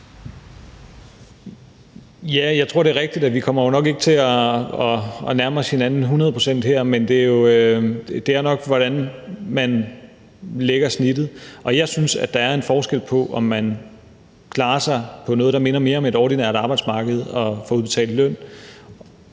Jeg tror, det er rigtigt, at vi nok ikke kommer til at nærme os hinanden hundrede procent her, men det handler nok om, hvordan man lægger snittet, og jeg synes, at der er en forskel på, om man klarer sig på noget, der minder mere om et ordinært arbejdsmarked og får udbetalt løn,